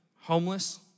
homeless